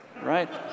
right